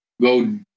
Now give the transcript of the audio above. go